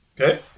Okay